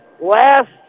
last